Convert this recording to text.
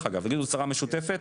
יגידו שזאת הוצאה משותפת,